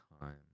time